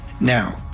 now